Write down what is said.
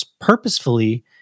purposefully